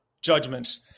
judgments